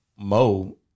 Mo